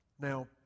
Now